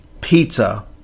pizza